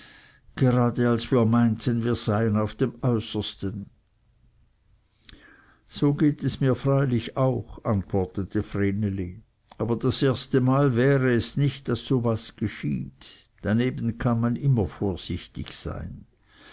gerade als wir meinten wir seien auf dem äußersten so geht es mir freilich auch antwortete vreneli aber das erstemal wäre es nicht daß so was geschieht daneben kann man immer vorsichtig sein